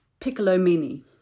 Piccolomini